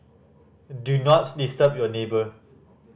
do not disturb your neighbour